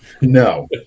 No